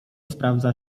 sprawdza